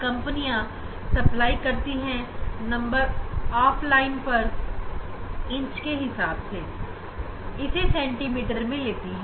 वैसे तो कंपनियां नंबर ऑफ लाइन पर इंच के हिसाब से सप्लाई करती हैं लेकिन हम इसे सेंटीमीटर में लेते हैं